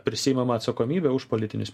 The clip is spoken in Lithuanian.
prisiimamą atsakomybę už politinius